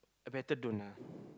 better don't ah